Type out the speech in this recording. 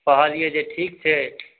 कहलिए जे ठीक छै